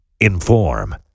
Inform